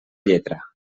lletra